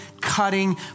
cutting